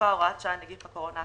תעסוקה (הוראת שעה נגיף הקורונה החדש),